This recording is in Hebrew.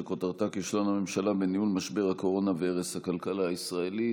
שכותרתה: כישלון הממשלה בניהול משבר הקורונה והרס הכלכלה הישראלית.